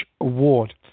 award